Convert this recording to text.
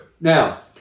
Now